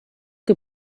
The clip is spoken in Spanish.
que